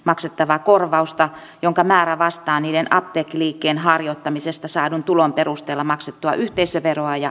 maksettavaa korvausta jonka määrä vastaa niiden apteekkiliikkeen harjoittamisesta saadun tulon perusteella maksettua yhteisöveroa ja